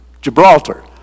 Gibraltar